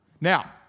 Now